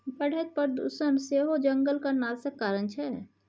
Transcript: बढ़ैत प्रदुषण सेहो जंगलक नाशक कारण छै